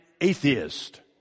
atheist